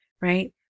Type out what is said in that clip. right